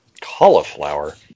cauliflower